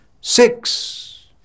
Six